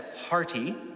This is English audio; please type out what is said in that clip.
hearty